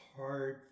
hard